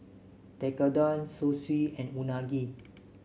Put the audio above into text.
Tekkadon Zosui and Unagi